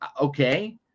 okay